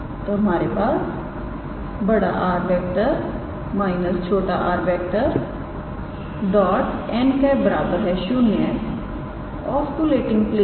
तो हमारे पास 𝑅⃗ −𝑟⃗ 𝑛̂ 0 ऑस्किलेटिंग प्लेन है